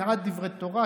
מעט דברי תורה,